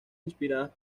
inspiradas